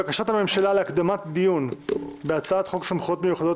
בקשת הממשלה להקדמת הדיון בהצעת חוק סמכויות מיוחדות